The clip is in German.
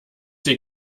sie